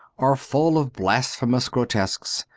are full of blasphemous grotesques.